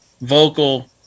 vocal